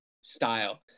style